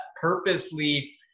purposely